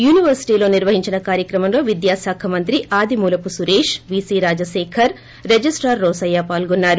యూనివర్శిటీలో నిర్వహించిన కార్యక్రమంలో విద్యాశాఖ మంత్రి ఆదిమూలపు సురేష్ వీసీ రాజశేఖర్ రిజిస్టార్ రోశయ్య పాల్గొన్నారు